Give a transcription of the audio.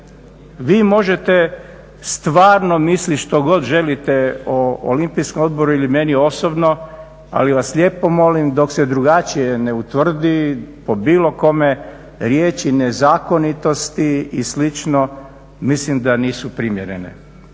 Vi možete stvarno misliti što god želite o Olimpijskom odboru ili meni osobno, ali vas lijepo molim, dok se drugačije ne utvrdi po bilo kome, riječi nezakonitosti i slično, mislim da nisu primjerene.